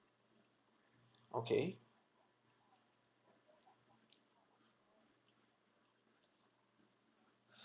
okay